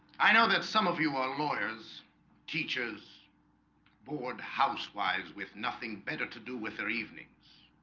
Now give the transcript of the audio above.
i know that some of you are lawyers teachers bored housewives with nothing better to do with their evenings